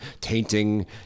tainting